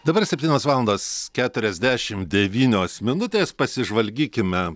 dabar septynios valandos keturiasdešimt devynios minutės pasižvalgykime